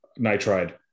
nitride